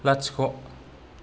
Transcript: लाथिख'